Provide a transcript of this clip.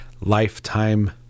lifetime